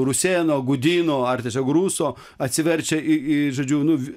rusėno gudino ar tiesiog ruso atsiverčia į į žodžiu nu